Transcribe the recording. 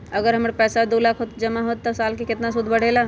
अगर हमर पैसा दो लाख जमा है त साल के सूद केतना बढेला?